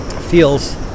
feels